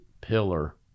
pillar